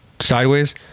sideways